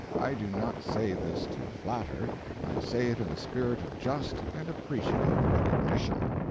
i do not say this to flatter i say it in a spirit of just and appreciative recognition.